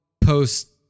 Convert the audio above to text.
post